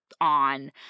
on